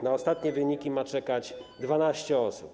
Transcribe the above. Na ostatnie wyniki ma czekać 12 osób.